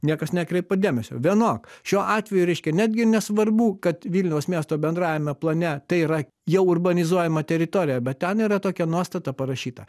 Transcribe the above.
niekas nekreipia dėmesio vienok šiuo atveju reiškia netgi ir nesvarbu kad vilniaus miesto bendrajame plane tai yra jau urbanizuojama teritorija bet ten yra tokia nuostata parašyta